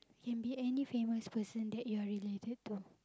and name any famous person that you are related to